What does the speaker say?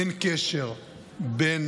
אין קשר בין